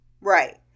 Right